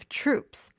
troops